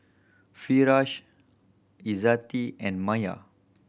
Firash Izzati and Maya